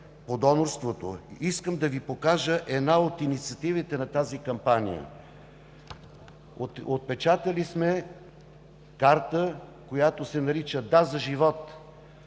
по донорството. Искам да Ви покажа една от инициативите на тази кампания. Отпечатали сме карта, която се нарича „Да за живот“